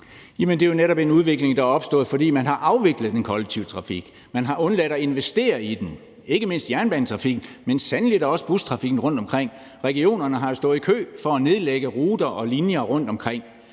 det er jo netop en udvikling, der er opstået, fordi man har afviklet den kollektive trafik. Man har undladt at investere i den, ikke mindst jernbanetrafikken, men så sandelig da også bustrafikken rundtomkring. Regionerne har jo stået i kø for at nedlægge ruter og linjer rundtomkring.